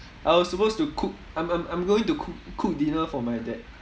I was supposed to cook I'm I'm I'm going to cook cook dinner for my dad